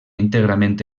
íntegrament